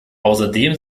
außerdem